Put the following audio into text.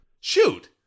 Shoot